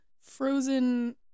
frozen